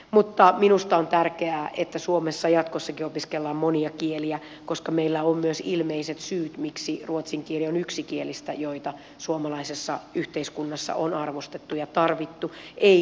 mutta minusta on tärkeää että suomessa jatkossakin opiskellaan monia kieliä koska meillä on myös ilmeiset syyt miksi ruotsin kieli on yksi kielistä joita suomalaisessa yhteiskunnassa on arvostettu ja tarvittu ei ainoa